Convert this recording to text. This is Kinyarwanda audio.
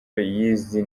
y’izi